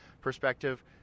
perspective